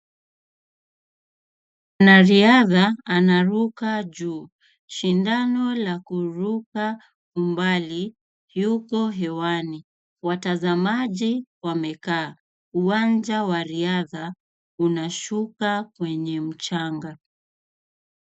Mwanariadha anaruka juu, shindano la kuruka umbali yuko hewani, watazamaji wamekaa, uwanja wa riadha unashuka kwenye mchanga.